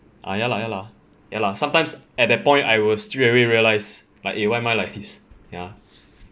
ah ya lah ya lah ya lah sometimes at that point I will straight away realise like eh why am I like this ya